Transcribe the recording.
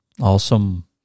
Awesome